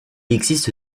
existe